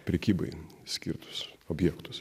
prekybai skirtus objektus